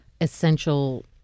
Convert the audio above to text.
essential